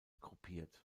gruppiert